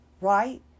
right